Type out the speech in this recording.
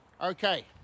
Okay